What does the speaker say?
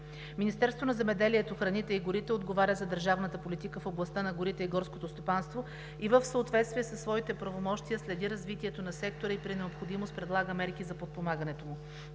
Министерството на земеделието, храните и горите отговаря за държавната политика в областта на горите и горското стопанство и в съответствие със своите правомощия следи развитието на сектора и при необходимост предлага мерки за подпомагането му.